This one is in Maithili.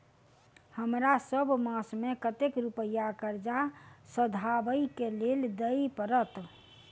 हमरा सब मास मे कतेक रुपया कर्जा सधाबई केँ लेल दइ पड़त?